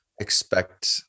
expect